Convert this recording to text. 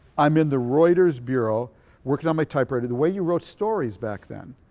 i'm in the writers bureau working on my typewriter. the way you wrote stories back then,